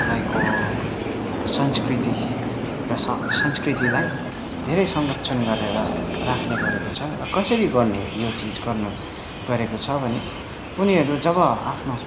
तपाईँको संस्कृति र स संस्कृतिलाई धेरै संरक्षण गरेर राख्ने गरेको छ र कसरी गर्ने यो चिज गर्नु गरेको छ भने उनीहरू जब आफ्नो